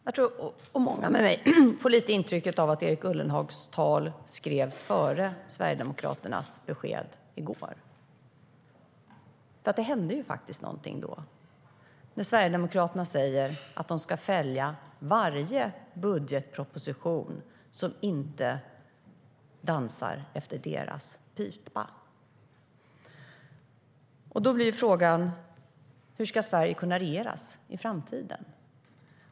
Herr talman! Jag och, tror jag, många med mig får intrycket av att Erik Ullenhags anförande skrevs före Sverigedemokraternas besked i går. Det händer faktiskt någonting när Sverigedemokraterna säger att de ska fälla varje budgetproposition som inte dansar efter deras pipa. Då blir frågan: Hur ska Sverige kunna regeras i framtiden?